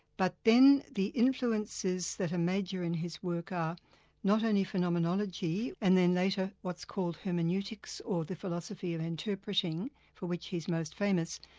but then the influences that are major in his work are not only phenomenonology and then later what's called hermeneutics, or the philosophy of interpreting, for which he's most famous,